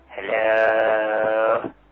Hello